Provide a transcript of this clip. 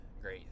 great